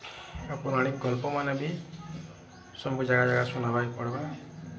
ପୌରାଣିକ ଗଳ୍ପ ମାନେ ବି ସବୁ ଜାଗାରେ ଶୁଣାବାକେ ପଡ଼୍ବା